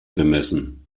bemessen